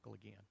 again